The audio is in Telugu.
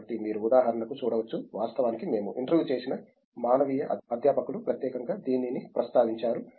కాబట్టి మీరు ఉదాహరణకు చూడవచ్చు వాస్తవానికి మేము ఇంటర్వ్యూ చేసిన మానవీయ అధ్యాపకులు ప్రత్యేకంగా దీనిని ప్రస్తావించారు